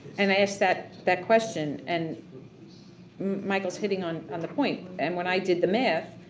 and i asked that that question and michael is hitting on on the point. and when i did the math,